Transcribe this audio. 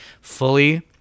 fully